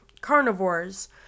carnivores